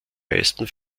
meisten